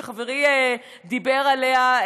שחברי דיבר עליה.